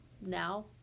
now